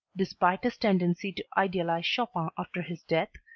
despite his tendency to idealize chopin after his death,